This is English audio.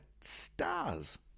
stars